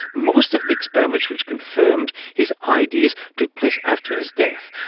most of the experiments which confirmed his ideas took place after his death,